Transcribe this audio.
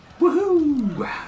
Woohoo